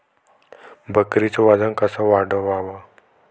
बकरीचं वजन कस वाढवाव?